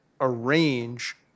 arrange